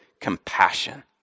compassion